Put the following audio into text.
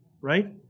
right